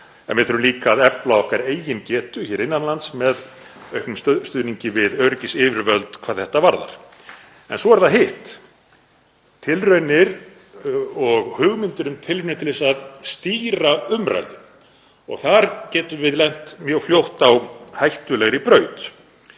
En við þurfum líka að efla okkar eigin getu hér innan lands með auknum stuðningi við öryggisyfirvöld hvað þetta varðar. Svo er það hitt, tilraunir og hugmyndir um tilraunir til að stýra umræðu. Þar getum við lent mjög fljótt á hættulegri braut